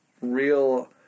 real